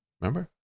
Remember